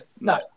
No